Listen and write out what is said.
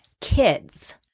kids